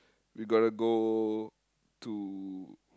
we got to go to